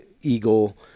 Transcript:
eagle